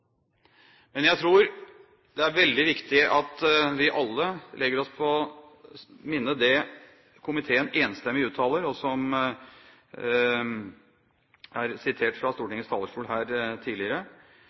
Men jeg tror det er veldig viktig at vi alle legger oss på minnet det komiteen enstemmig uttaler, og som er sitert fra